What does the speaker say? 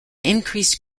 increased